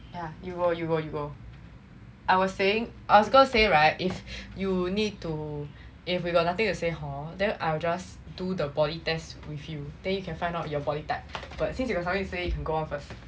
yeah you go you go you go I was saying I was gonna say right if you need to if we got nothing to say hor then I'll just do the body test with you then you can find out your body type but since you got something to say you can go on first